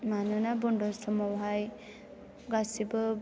मानोना बन्द समावहाय गासैबो